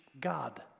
God